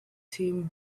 team